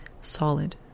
solid